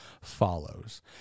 follows